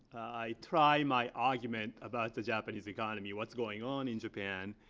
i try my argument about the japanese economy, what's going on in japan.